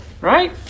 right